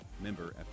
Member